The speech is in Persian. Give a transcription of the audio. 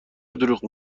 دروغ